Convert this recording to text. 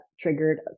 triggered